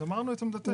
אמרנו את עמדתנו.